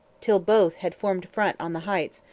till both had formed front on the heights,